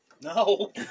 No